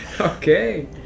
Okay